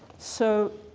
so